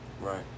Right